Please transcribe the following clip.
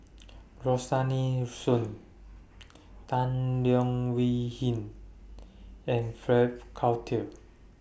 Rosaline Soon Tan Leo Wee Hin and Frank Cloutier